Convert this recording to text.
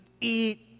eat